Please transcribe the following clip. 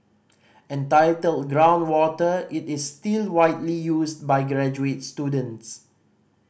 entitled Groundwater it is still widely used by graduate students